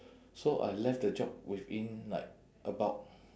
so I left the job within like about